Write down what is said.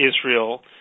Israel